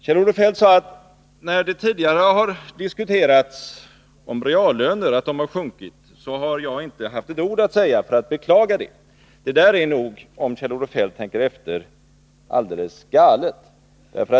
Kjell-Olof Feldt sade att när det tidigare har diskuterats om att reallönerna har sjunkit har jag inte haft ett ord att säga för att beklaga det. Det är nog, om Kjell-Olof Feldt tänker efter, alldeles galet.